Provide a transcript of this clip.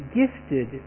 gifted